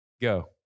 go